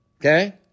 okay